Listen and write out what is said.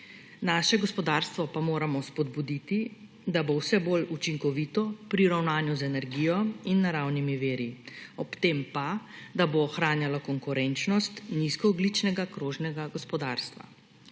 Naše gospodarstvo pa moramo spodbuditi, da bo vse bolj učinkovito pri ravnanju z energijo in naravnimi viri, ob tem pa, da bo ohranjalo konkurenčnost nizkoogljičnega krožnega gospodarstva.